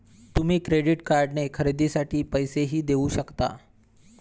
तुम्ही क्रेडिट कार्डने खरेदीसाठी पैसेही देऊ शकता